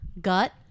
Gut